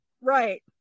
right